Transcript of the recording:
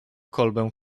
kolbę